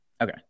Okay